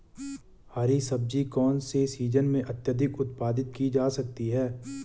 हरी सब्जी कौन से सीजन में अत्यधिक उत्पादित की जा सकती है?